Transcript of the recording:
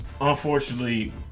unfortunately